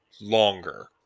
longer